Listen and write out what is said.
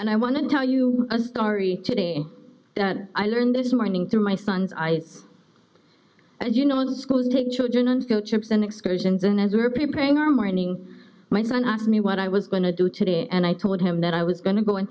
and i want to tell you a story today that i learned this morning through my son's eyes as you know the school to take children and chips and excursions in as we were preparing our morning my son asked me what i was going to do today and i told him that i was going to go and